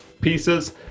pieces